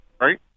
right